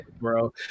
bro